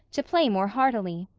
to play more heartily.